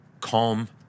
Calm